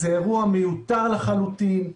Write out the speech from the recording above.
זה אירוע מיותר לחלוטין.